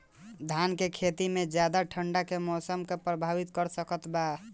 धान के खेती में ज्यादा ठंडा के मौसम का प्रभावित कर सकता बा?